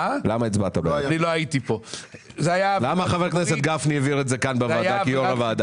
לכן אני חושב שהצעד מידתי ונכון.